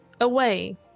away